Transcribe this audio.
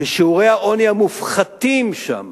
ושיעורי העוני המופחתים שם